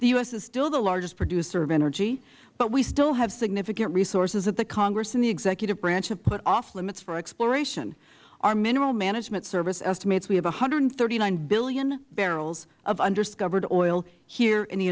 the us is still the largest producer of energy but we still have significant resources that the congress and the executive branch have put off limits for exploration our minerals management service estimates we have one hundred and thirty nine billion barrels of undiscovered oil here in the